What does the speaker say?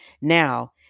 Now